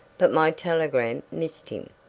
but my telegram missed him,